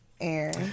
Aaron